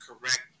correct